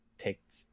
picked